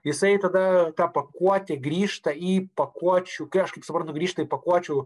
jisai tada ta pakuotė grįžta į pakuočių kaip aš suprantu grįžta pakuočių